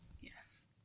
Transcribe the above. Yes